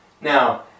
Now